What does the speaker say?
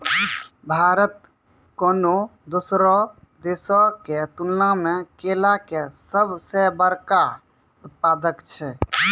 भारत कोनो दोसरो देशो के तुलना मे केला के सभ से बड़का उत्पादक छै